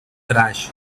trash